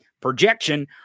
Projection